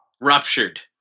Ruptured